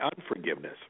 unforgiveness